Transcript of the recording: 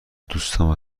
دوستام